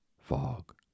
fog